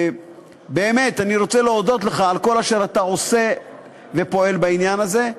אני רוצה להודות לך על כל אשר אתה עושה ופועל בעניין הזה.